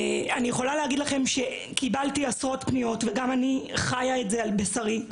אני יכולה להגיד לכם שקיבלתי עשרות פניות וגם אני חיה את זה על בשרי.